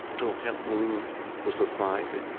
to help move the society,